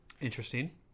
interesting